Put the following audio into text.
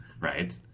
Right